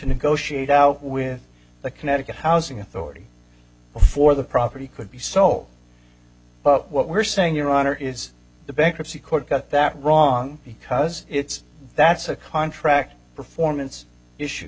negotiate out with the connecticut housing authority before the property could be sold but what we're saying your honor is the bankruptcy court got that wrong because it's that's a contract performance issue